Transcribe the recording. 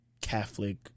Catholic